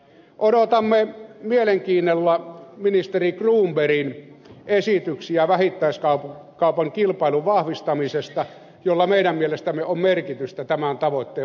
odotamme mielenkiinnolla ministeri cronbergin esityksiä vähittäiskaupan kilpailun vahvistamisesta jolla meidän mielestämme on merkitystä tämän tavoitteen varmistamisen suhteen